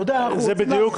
אנחנו רוצים לעזור.